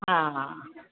हा हा